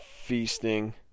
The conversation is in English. feasting